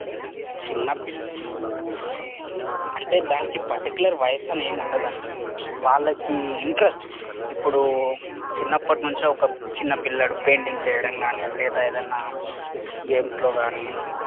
చిన్నపిల్లలు అంటే దానికి పర్టికులర్ వయసు అనేది ఏం ఉండదండి వాళ్ళకి ఇంట్రస్ట్ ఇప్పుడు చిన్నప్పటి నుంచి ఒక చిన్న పిల్లాడు పెయింటింగ్ వేయడం కానీ లేదా ఏదన్నా గేమ్స్ లో కానీ